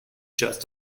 just